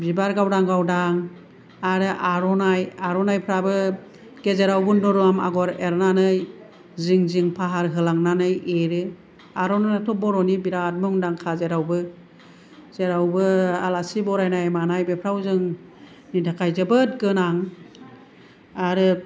बिबार गावदां गावदां आरो आर'नाइ आर'नाइफ्राबो गेजेराव बुन्दुराम आगर एरनानै जिं जिं फाहार होलांनानै एरो आर'नाइआथ' बर'नि बिराद मुंदांखा जेरावबो जेरावबो आलासि बरायनाय मानाय बेफोराव जोंनि थाखाय जोबोद गोनां आरो